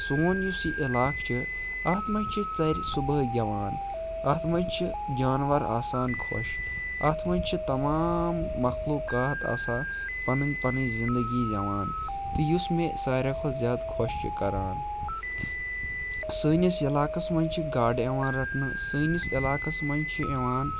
سون یُس یہِ علاقہٕ چھِ اَتھ منٛز چھِ ژَرِ صُبحٲے گیٚوان اَتھ منٛز چھِ جاناوَار آسان خۄش اَتھ منٛز چھِ تَمام مخلوکات آسان پَنٕنۍ پَنٕنۍ زِندگی زیٚوان تہٕ یُس مےٚ سارویے کھۄتہٕ زیادٕ خۄش چھِ کَران سٲنِس علاقَس منٛز چھِ گاڈٕ یِوان رَٹنہٕ سٲنِس علاقَس منٛز چھِ یِوان